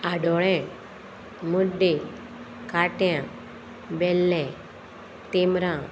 आडोळें मुड्डे काट्यां बेल्लें तेमरां